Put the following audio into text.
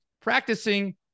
Practicing